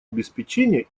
обеспечения